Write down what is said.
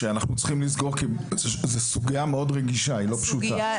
זו סוגיה מאוד רגישה, היא לא פשוטה.